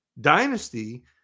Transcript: dynasty